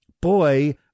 boy